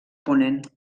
ponent